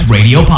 Radio